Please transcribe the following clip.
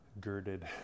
girded